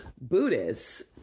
Buddhists